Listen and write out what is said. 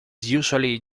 usually